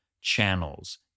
channels